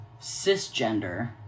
cisgender